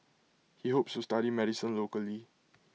he hopes to study medicine locally